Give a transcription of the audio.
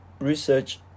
research